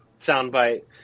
soundbite